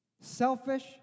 selfish